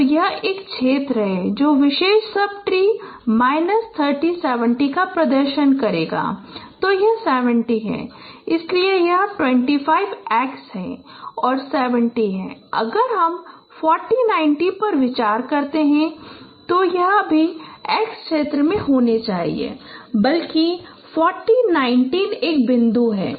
तो यह एक क्षेत्र है जो इस विशेष सब ट्री माइनस 30 70 का प्रदर्शन करेगा तो यह 70 है इसलिए यह 25 x दिशा है और यह 70 है अगर हम 40 90 पर विचार करते हैं तो यह भी y क्षेत्र में होना चाहिए बल्कि 40 90 एक बिंदु है